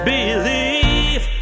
Believe